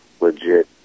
legit